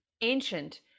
ancient